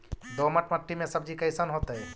दोमट मट्टी में सब्जी कैसन होतै?